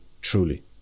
truly